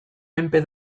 menpe